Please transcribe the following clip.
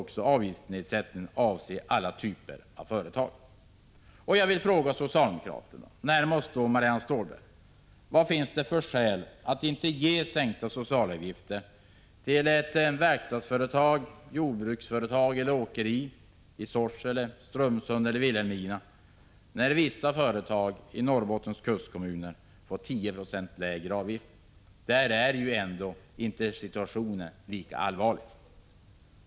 Dessutom måste avgiftsnedsättningen avse alla typer av företag. Jag vill fråga socialdemokraterna och närmast Marianne Stålberg: Vad finns det för skäl att inte ge sänkta socialavgifter till ett verkstadsföretag, jordbruksföretag eller åkeri i Sorsele, Strömsund eller Vilhelmina, när vissa företag i Norrbottens kustkommuner får 10 26 lägre avgifter? Där är ändå inte situationen lika allvarlig.